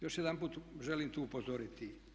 Još jedanput želim tu upozoriti.